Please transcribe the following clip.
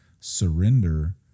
surrender